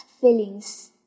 feelings